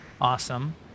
awesome